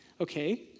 Okay